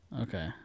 Okay